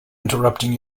interrupting